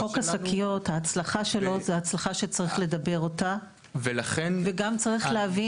לכן איפה שיש נסיגה נגביר במקום אחר כדי לוודא שנעשה